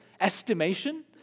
estimation